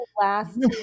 last